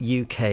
UK